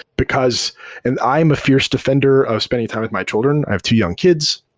because and i'm a fi erce defender of spending time with my children. i have two young kids.